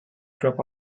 drop